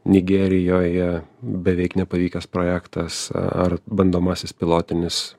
nigerijoje beveik nepavykęs projektas ar bandomasis pilotinis